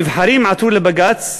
הנבחרים עתרו לבג"ץ.